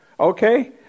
Okay